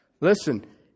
Listen